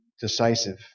decisive